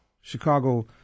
Chicago